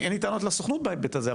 אין לי טענות לסוכנות בהיבט הזה.